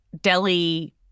Delhi